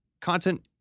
content